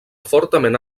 fortament